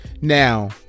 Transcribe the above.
Now